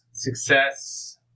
Success